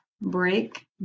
break